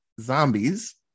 zombies